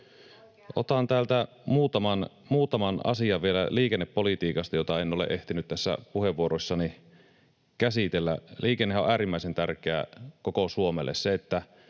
Otan täältä vielä muutaman asian liikennepolitiikasta, jota en ole ehtinyt puheenvuoroissani käsitellä. Liikennehän on äärimmäisen tärkeä koko Suomelle, se,